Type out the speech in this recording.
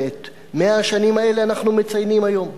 ואת 100 השנים האלה אנחנו מציינים היום.